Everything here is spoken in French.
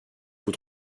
vous